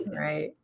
Right